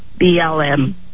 BLM